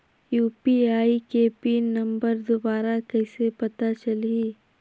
UPI के PIN number दुबारा कइसे पता चलही?